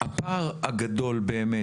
הפער הגדול באמת,